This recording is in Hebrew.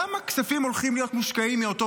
כמה כספים הולכים להיות מושקעים מאותו